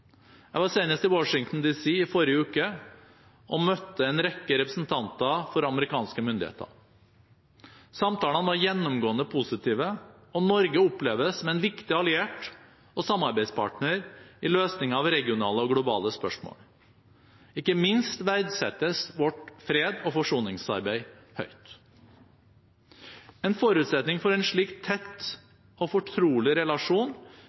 Jeg var senest i Washington, D.C. i forrige uke og møtte en rekke representanter for amerikanske myndigheter. Samtalene var gjennomgående positive, og Norge oppleves som en viktig alliert og samarbeidspartner i løsningen av regionale og globale spørsmål. Ikke minst verdsettes vårt freds- og forsoningsarbeid høyt. En forutsetning for en slik tett og fortrolig relasjon